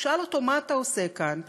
הוא שאל אותו: מה אתה עושה כאן?